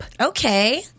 Okay